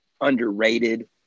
underrated